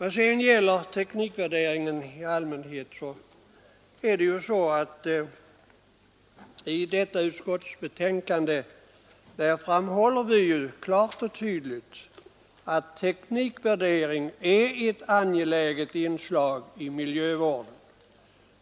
Vad sedan gäller teknikvärderingen i allmänhet är det ju så, att vi i detta utskottsbetänkande klart och tydligt framhåller att teknikvärdering är ett angeläget inslag i miljövården.